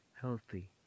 healthy